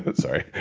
but sorry.